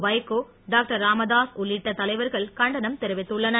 Vaiko doctor Ramadoss உள்ளிட்ட தலைவர் கள் கண்டனம் தெ ரி வி த்துள்ளனர்